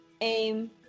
aim